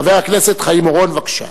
חבר הכנסת חיים אורון, בבקשה.